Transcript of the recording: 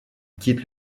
quitte